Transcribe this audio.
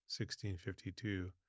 1652